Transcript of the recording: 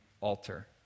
altar